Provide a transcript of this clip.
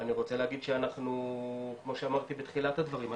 אני רוצה להגיד שאנחנו כמו שאמרתי בתחילת הדברים,